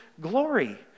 glory